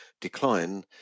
decline